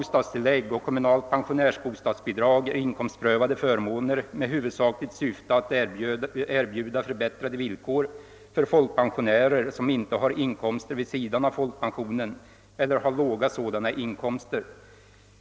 komstprövade förmåner med huvudsakligt syfte att erbjuda förbättrade villkor för folkpensionärer som inte har inkomster vid sidan av folkpensionen eller har låga sådana inkomster.